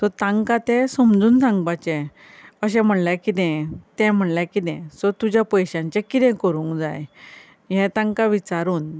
so तांकां ते समजून सांगपाचे अशें म्हणल्यार कितें तें म्हणल्यार कितें सो तुज्या पयशांचे कितें करूंक जाय हें तांकां विचारून